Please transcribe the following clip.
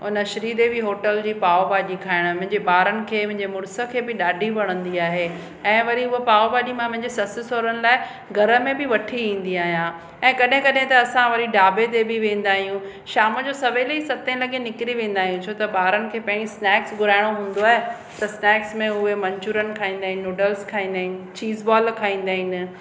उन श्री देवी होटल जी पाव भाजी खाइण मुंहिंजे ॿारनि खे मुंहिंजे मुड़ुस खे बि ॾाढी वणंदी आहे ऐं वरी हूअ पाव भाजी मां मुंहिंजे ससु सोहरनि लाइ घर में बि वठी ईंदी आहियां ऐं कॾहिं कॾहिं त असां वरी ढाबे ते बि वेंदा आहियूं शाम जो सवेल ई सत लगे निकिरी वेंदा आहियूं छो त ॿारनि खे पहिरीं स्नैक्स घुराइणो हूंदो आहे त स्नैक्स में उहे मनचूरियन खाईंदा आहिनि नूडल्स खाईंदा आहिनि चीज़ बॉल खाईंदा आहिनि